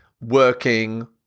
working